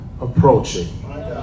approaching